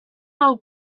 note